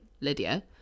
Lydia